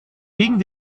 gegen